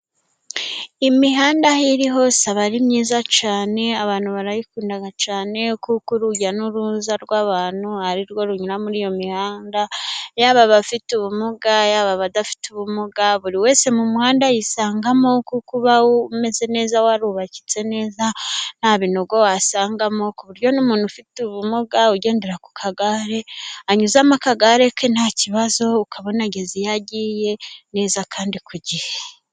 Imihanda aho iri hose aba ari myiza cyane abantu barayikunda cyane kuko urujya n'uruza rw'abantu ari rwo runyura muri iyo mihanda, yaba abafite ubumuga yaba abadafite ubumuga buri wese mu muhanda yisangamo. Uba umeze neza warubakitse neza nta binogo wasangamo ku buryo n'umuntu ufite ubumuga ugendera ku kagare anyuzamo akagare ke nta kibazo ukabona ageze iyo agiye neza kandi ku gihe.